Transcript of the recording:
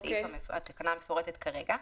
פסקת משנה (א),